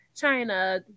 China